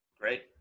Great